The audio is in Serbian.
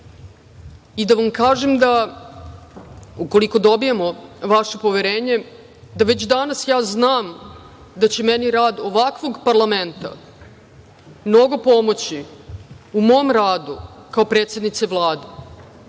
i da vam kažem da, ukoliko dobijemo vaše poverenje, već danas ja znam da će meni rad ovakvog parlamenta mnogo pomoći u mom radu kao predsednice Vlade